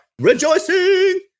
rejoicing